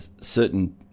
certain